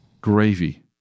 Gravy